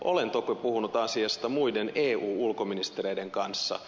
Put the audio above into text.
olen toki puhunut asiasta muiden eu ulkoministereiden kanssa